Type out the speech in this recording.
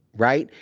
right,